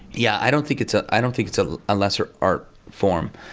yeah. i don't think it's. ah i don't think it's a lesser art form.